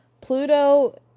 Pluto